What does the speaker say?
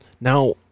Now